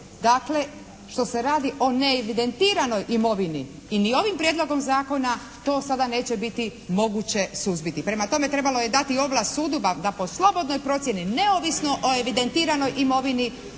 dakle što se radi o neevidentiranoj imovini i ni ovim prijedlogom zakona to sada neće biti moguće suzbiti. Prema tome trebalo je dati ovlast sudu da po slobodnoj procjeni neovisno o evidentiranoj imovini,